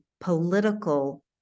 political